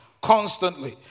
constantly